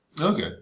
Okay